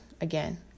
again